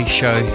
show